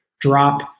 drop